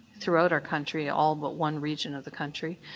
throughout our country, all but one region of the country,